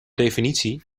definitie